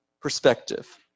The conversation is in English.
perspective